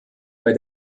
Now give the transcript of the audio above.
bei